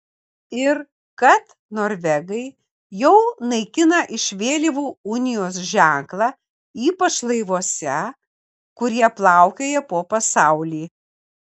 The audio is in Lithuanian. ir kad norvegai jau naikina iš vėliavų unijos ženklą ypač laivuose kurie plaukioja po pasaulį